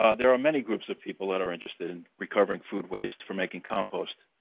ah there are many groups of people that are interested in recovering food waste for making compost.